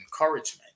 encouragement